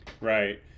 Right